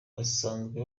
basanzwe